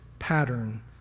pattern